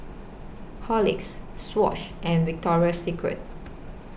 Horlicks Swatch and Victoria Secret